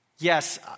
Yes